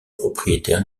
propriétaire